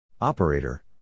Operator